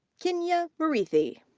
kinyua muriithi.